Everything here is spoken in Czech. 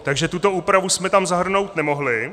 Takže tuto úpravu jsme tam zahrnout nemohli.